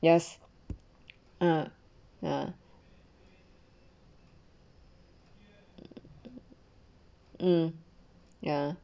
yes uh uh um ya